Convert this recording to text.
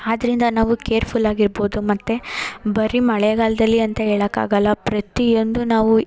ಆದ್ದರಿಂದ ನಾವು ಕೇರ್ಫುಲ್ ಆಗಿ ಇರ್ಬೋದು ಮತ್ತು ಬರಿ ಮಳೆಗಾಲದಲ್ಲಿ ಅಂತ ಹೇಳಕ್ಕಾಗಲ್ಲ ಪ್ರತಿಯೊಂದು ನಾವು